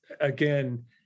again